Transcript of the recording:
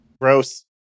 Gross